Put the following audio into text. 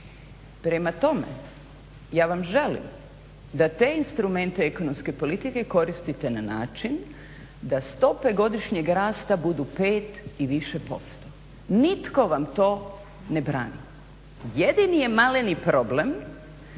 Prema tome, ja vam želim da te instrumente ekonomske politike koristite na način da stope godišnjeg rasta budu 5 i više posto. Nitko vam to ne brani. Jedini je maleni problem